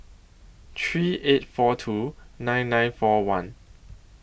three eight four two nine nine four one